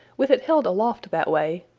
with it held aloft that way,